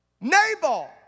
Nabal